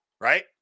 right